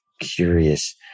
curious